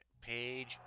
Page